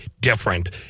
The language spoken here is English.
different